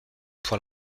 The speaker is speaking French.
pour